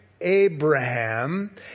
Abraham